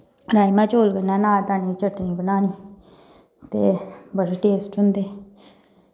राजमाह् चौल कन्नै नारदाने दी चटनी बनानी ते बड़ी टेस्ट होंदे